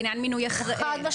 בעניין מינוי -- חד-משמעית,